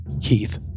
Keith